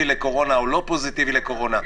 חיובי או לא חיובי לקורונה,